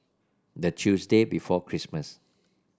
the Tuesday before Christmas